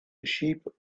sheep